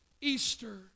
Easter